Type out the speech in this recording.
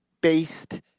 based